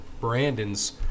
Brandon's